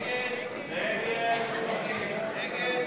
ההצעה